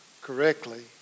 correctly